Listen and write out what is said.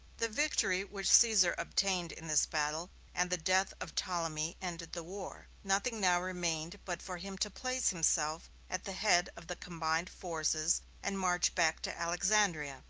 the victory which caesar obtained in this battle and the death of ptolemy ended the war. nothing now remained but for him to place himself at the head of the combined forces and march back to alexandria.